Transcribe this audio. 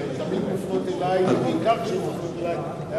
הן תמיד מופנות אלי, ובעיקר כשהן מופנית אלי.